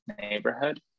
neighborhood